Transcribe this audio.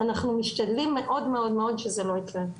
אנחנו משתדלים מאוד מאוד שזה לא יקרה.